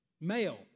male